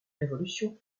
révolution